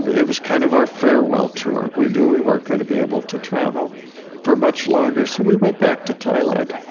but it was kind of our farewell tour. we knew we weren't going to be able to travel for much longer. so we went back to thailand.